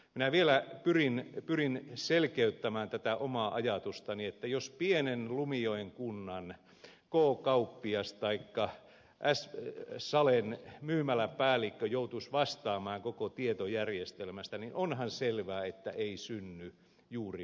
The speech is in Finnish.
minä vielä pyrin selkeyttämään tätä omaa ajatustani että jos pienen lumijoen kunnan k kauppias taikka salen myymäläpäällikkö joutuisi vastaamaan koko tietojärjestelmästä niin onhan selvää että ei synny juuri mitään